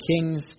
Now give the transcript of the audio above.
kings